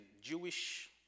Jewish